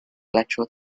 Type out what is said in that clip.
electoral